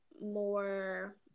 more